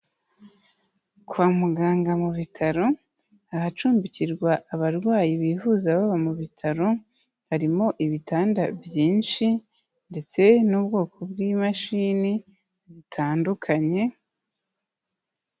Kwa muganga mu bitaro ahacumbikirwa abarwayi bivuza baba mu bitaro, harimo ibitanda byinshi ndetse n'ubwoko bw'imashini zitandukanye,..